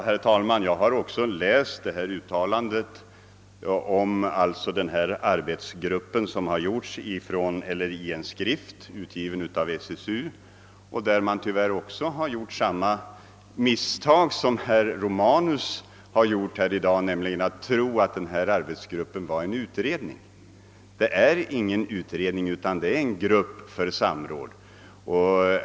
Herr talman! Jag har också läst det uttalande om denna arbetsgrupp som gjorts i en skrift utgiven av SSU. Däri gjordes tyvärr samma misstag som herr Romanus har gjort i dag: man har trott att arbetsgruppen var en utredning. Det är ingen utredning utan en grupp för samråd.